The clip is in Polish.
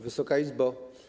Wysoka Izbo!